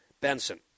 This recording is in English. Benson